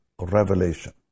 revelation